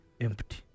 empty